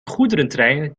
goederentrein